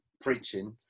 preaching